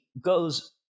goes